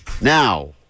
now